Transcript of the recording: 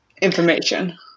information